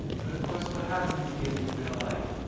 but of course, what happens in real life?